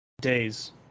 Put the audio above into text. Days